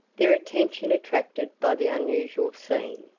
their attention attracted by the unusual scene.